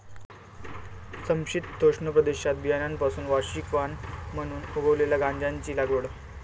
समशीतोष्ण प्रदेशात बियाण्यांपासून वार्षिक वाण म्हणून उगवलेल्या गांजाची लागवड